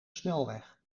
snelweg